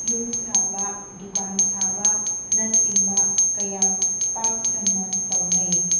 ꯌꯨꯝ ꯁꯥꯕ ꯗꯨꯀꯥꯟ ꯁꯥꯕꯅꯆꯤꯡꯕ ꯀꯌꯥ ꯄꯥꯛ ꯁꯟꯅ ꯇꯧꯅꯩ